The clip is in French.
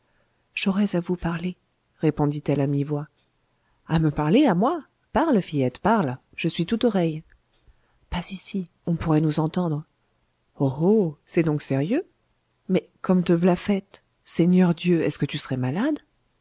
j'aurais à vous parler répondit-elle à mi-voix a me parler à moi parle fillette parle je suis tout oreilles pas ici on pourrait nous entendre oh oh c'est donc sérieux mais comme te v'là faite seigneur dieu est-ce que tu serais malade